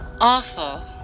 awful